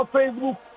Facebook